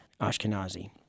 Ashkenazi